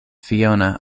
fiona